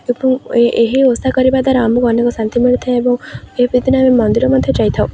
ଏବଂ ଏହି ଓଷା କରିବା ଦ୍ୱାରା ଆମକୁ ଅନେକ ଶାନ୍ତି ମିଳିଥାଏ ଏବଂ ଏହିଭଳି ଦିନରେ ଆମେ ମନ୍ଦିର ମଧ୍ୟ ଯାଇଥାଉ